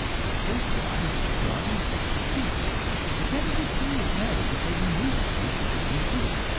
the first thought is to draw the infected teeth but that is a serious matter, because you need your teeth to chew your food.